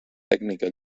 tècnica